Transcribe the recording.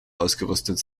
ausgerüstet